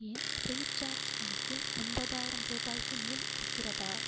என் Freecharge கணக்கில் ஒன்பதாயிரம் ரூபாய்க்கு மேல் இருக்கிறதா